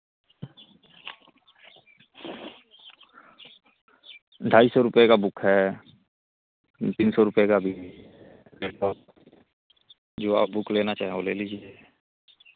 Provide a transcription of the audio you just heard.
ढाई सौ रुपये का बुक है तीन सौ रुपये का भी मेरे पास जो आप बुक लेना चाहें वह ले लीजिए